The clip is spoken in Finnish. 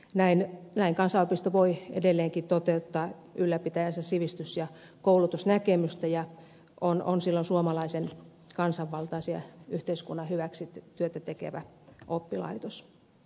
näin kansanopisto voi edelleenkin toteuttaa ylläpitäjänsä sivistys ja koulutusnäkemystä ja on silloin suomalaisen kansanvaltaisen yhteiskunnan hyväksi työtä tekevä oppilaitos